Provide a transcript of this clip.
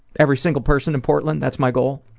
every single person in portland, that's my goal.